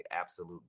absolute